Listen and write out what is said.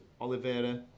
Oliveira